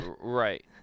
Right